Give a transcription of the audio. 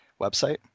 website